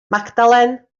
magdalen